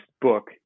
book